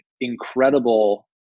incredible